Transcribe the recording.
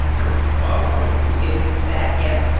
because it's a bop, obviously it is that, yes.